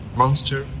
monster